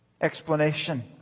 explanation